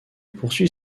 poursuit